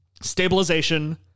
stabilization